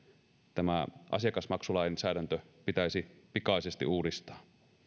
tämä asiakasmaksulainsäädäntö pitäisi pikaisesti uudistaa